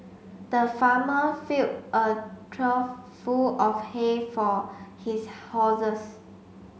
the farmer fill a trough full of hay for his horses